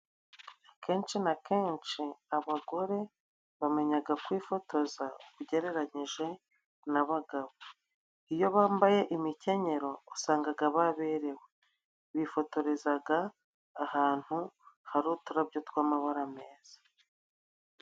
Akenshi na kenshi abagore bamenyaga kwifotoza ugereranyije n'abagabo. Iyo bambaye imikenyero usangaga baberewe. Bifotorezaga ahantu hari uturarabyo tw'amabara meza.